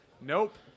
Nope